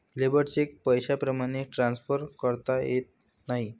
labour cheque पैशाप्रमाणे transfer करता येत नाही